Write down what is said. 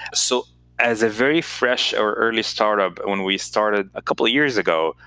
so as a very fresh or early startup, when we started a couple of years ago,